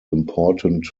important